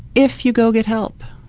if you go get help